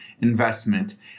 Investment